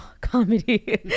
comedy